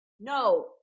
No